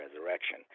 resurrection